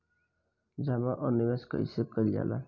जमा और निवेश कइसे कइल जाला?